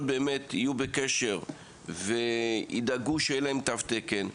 יהיו בקשר וידאגו שיהיה להן תו תקן.